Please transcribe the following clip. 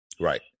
Right